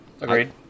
Agreed